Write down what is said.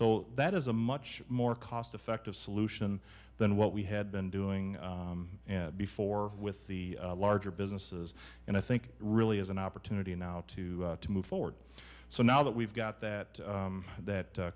so that is a much more cost effective solution than what we had been doing before with the larger businesses and i think really as an opportunity now to to move forward so now that we've got that that